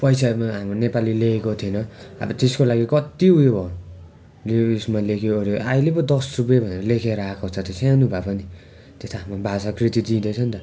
पैसामा हाम्रो नेपाली लेखेको थिएन अब त्यसको लागि कत्ति उयो भयो डिविसमा लेख्यो ओर्यो अहिले प दस रुपियाँ भएर लेखेर आएको छ त्यो सानो भए पनि त्यो त हाम्रो भाषाकृति दिँदैछ नि त